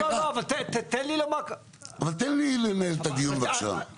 תן לי לנהל את הדיון בבקשה.